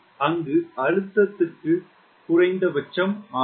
அங்கு அழுத்தத்திற்கு குறைந்தபட்சம் ஆகும்